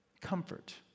Comfort